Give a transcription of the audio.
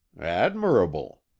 Admirable